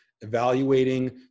evaluating